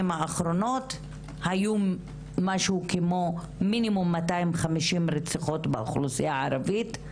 האחרונות היו מינימום 250 רציחות באוכלוסייה הערבית.